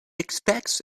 expects